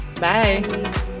bye